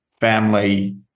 family